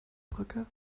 brücke